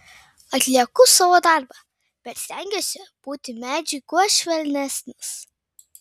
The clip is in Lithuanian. atlieku savo darbą bet stengiuosi būti medžiui kuo švelnesnis